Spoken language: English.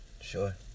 sure